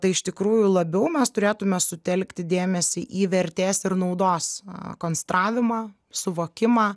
tai iš tikrųjų labiau mes turėtume sutelkti dėmesį į vertės ir naudos konstravimą suvokimą